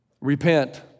Repent